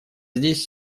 здесь